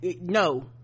no